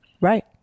Right